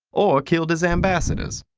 or killed as ambassadors.